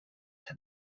and